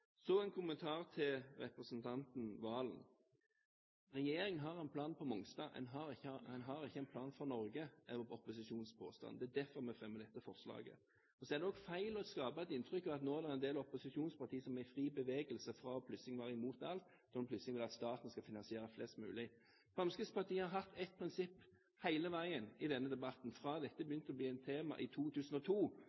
Så en kommentar til representanten Serigstad Valen: Regjeringen har en plan på Mongstad. De har ikke en plan for Norge. Det er opposisjonens påstand. Det er derfor vi fremmer dette forslaget. Så er det også feil å skape et inntrykk av at nå er det en del opposisjonspartier som er i fri bevegelse, fra plutselig å være imot alt til plutselig å ville at staten skal finansiere flest mulig. Fremskrittspartiet har hatt et prinsipp hele veien i denne debatten, fra dette